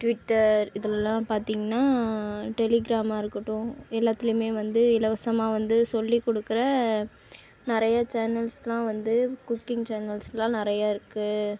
Twitter இதிலல்லாம் பார்த்திங்கன்னா டெலிகிராமாக இருக்கட்டும் எல்லாத்திலுமே வந்து இலவசமாக வந்து சொல்லிக் கொடுக்குற நிறைய சேனல்ஸ்லாம் வந்து குக்கிங் சேனல்ஸ்லாம் நிறைய இருக்குது